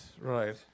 right